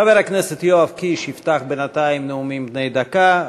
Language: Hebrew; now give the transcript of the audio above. חבר הכנסת יואב קיש יפתח בינתיים את נאומים בני דקה,